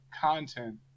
content